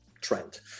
trend